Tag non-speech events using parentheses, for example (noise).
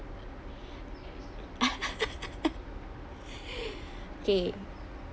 (laughs) okay